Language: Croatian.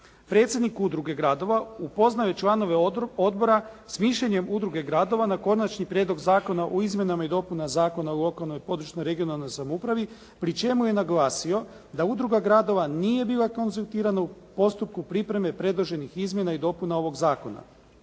Predsjednik Udruge gradova upoznao je članove Odbora s mišljenjem Udruge gradova na Konačni prijedlog zakona o izmjenama i dopunama Zakona o lokalnoj i područnoj regionalnoj samoupravi pri čemu je naglasio da Udruga gradova nije bila konzultirana u postupku pripreme predloženih izmjena i dopuna ovog zakona.